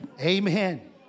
Amen